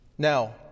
Now